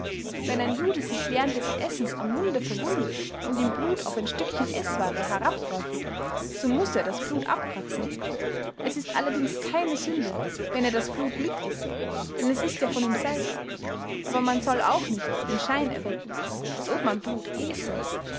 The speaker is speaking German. wenn ein jude sich während des essens am munde verwundet und ihm blut auf ein stückchen eßware herabträufelt so muß er das blut abkratzen es ist allerdings keine sünde wenn er das blut mitißt denn es ist ja von ihm selbst aber man soll auch nicht den schein erwecken als ob man blut äße